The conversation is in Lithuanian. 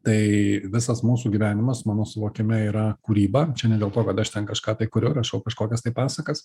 tai visas mūsų gyvenimas mano suvokime yra kūryba čia ne dėl to kad aš ten kažką tai kuriu rašau kažkokias tai pasakas